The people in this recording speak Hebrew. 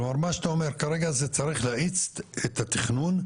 כלומר, מה שאתה אומר כרגע צריך להאיץ את התכנון,